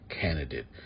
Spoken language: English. candidate